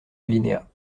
alinéa